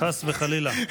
חס וחלילה.